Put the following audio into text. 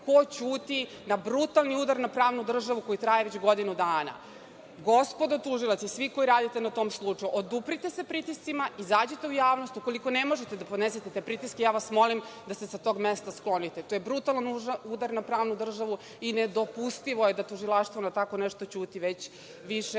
ko ćuti na brutalni udar na pravnu državu koji traje već godinu dana. Gospodo tužioci, svi koji radite na tom slučaju, oduprite se pritiscima, izađite u javnost. Ukoliko ne možete da podnesete te pritiske, ja vas molim da se sa tog mesta sklonite. To je brutalan udar na pravnu državu i nedopustivo je da tužilaštvo na tako nešto ćuti već više